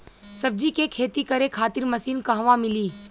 सब्जी के खेती करे खातिर मशीन कहवा मिली?